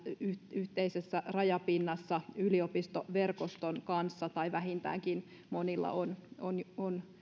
yhteisessä rajapinnassa yliopistoverkoston kanssa tai vähintäänkin monilla on